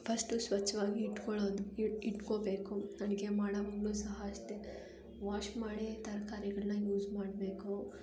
first ಸ್ವಚ್ಛವಾಗಿ ಇಟ್ಕೊಳ್ಳೋದು ಇಟ್ಕೊಬೇಕು ಅಡಿಗೆ ಮಾಡುವಾಗ್ಲೂ ಸಹ ಅಷ್ಟೇ ವಾಶ್ ಮಾಡೇ ತರಕಾರಿಗಳನ್ನ ಯೂಸ್ ಮಾಡಬೇಕು